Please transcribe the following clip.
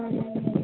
हूँ